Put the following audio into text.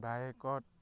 বাইকত